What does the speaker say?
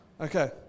Okay